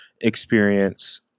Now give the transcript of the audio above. experience